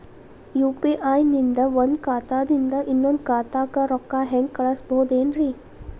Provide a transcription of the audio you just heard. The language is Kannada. ಯು.ಪಿ.ಐ ನಿಂದ ಒಂದ್ ಖಾತಾದಿಂದ ಇನ್ನೊಂದು ಖಾತಾಕ್ಕ ರೊಕ್ಕ ಹೆಂಗ್ ಕಳಸ್ಬೋದೇನ್ರಿ?